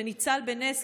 שניצל בנס,